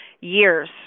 years